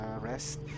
Rest